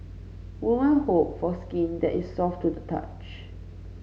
women hope for skin that is soft to the touch